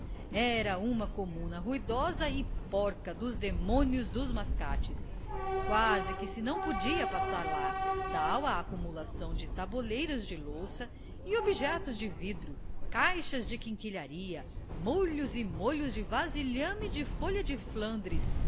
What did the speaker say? era uma comuna ruidosa e porca a dos demônios dos mascates quase que se não podia passar lá tal a acumulação de tabuleiros de louça e objetos de vidro caixas de quinquilharia molhos e molhos de vasilhame de folha de flandres bonecos e